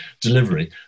delivery